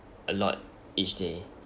a lot each day